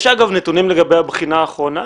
יש, אגב, נתונים לגבי הבחינה האחרונה?